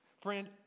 Friend